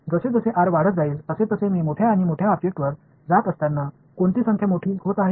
जसजसे r वाढत जाईल तसतसे मी मोठ्या आणि मोठ्या ऑब्जेक्ट वर जात असताना कोणती संख्या मोठी होत आहे